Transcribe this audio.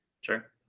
sure